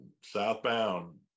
southbound